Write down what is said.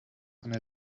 eine